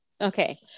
Okay